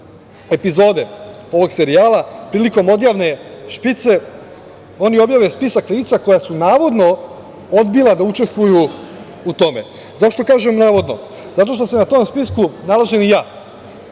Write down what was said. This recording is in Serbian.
epizode ovog serijala, prilikom odjavne špice, oni objave spisak lica koja su navodno odbila da učestvuju u tome.Zašto kažem navodno? Zato što se na tom spisku nalazim i ja,